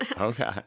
okay